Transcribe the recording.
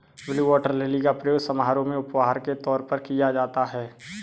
blue water lily का प्रयोग समारोह में उपहार के तौर पर किया जाता है